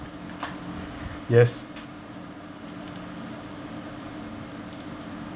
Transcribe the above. yes